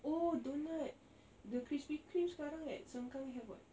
oh doughnut the Krispy Kreme sekarang at sengkang have [what]